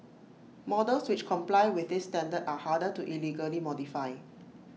models which comply with this standard are harder to illegally modify